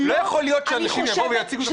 לא יכול להיות שאנשים יבואו ויציגו את